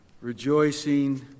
rejoicing